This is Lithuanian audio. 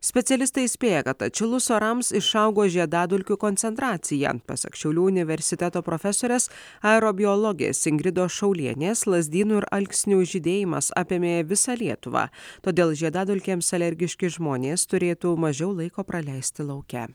specialistai įspėja kad atšilus orams išaugo žiedadulkių koncentracija pasak šiaulių universiteto profesorės aero biologės ingridos šaulienės lazdynų ir alksnių žydėjimas apėmė visą lietuvą todėl žiedadulkėms alergiški žmonės turėtų mažiau laiko praleisti lauke